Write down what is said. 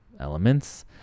elements